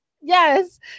Yes